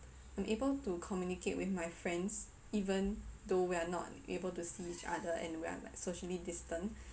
I'm able to communicate with my friends even though we're not able to see each other and we are like socially distant